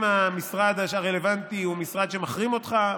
אם המשרד הרלוונטי הוא משרד שמחרים אותך,